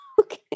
Okay